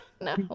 No